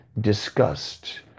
discussed